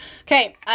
okay